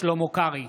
שלמה קרעי,